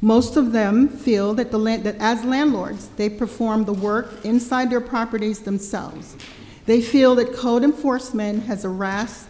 most of them feel that the let that as landlords they perform the work inside their properties themselves they feel that code enforcement has a ras